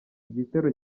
igitero